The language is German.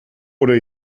oder